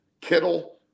Kittle